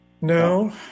No